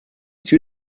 two